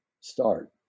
start